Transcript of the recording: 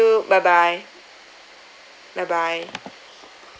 bye bye bye bye